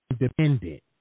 independent